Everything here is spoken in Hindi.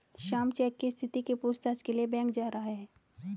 श्याम चेक की स्थिति के पूछताछ के लिए बैंक जा रहा है